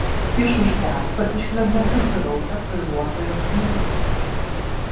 iš už kęsto išlenda susiraukęs vairuotojo snukis